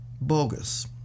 Bogus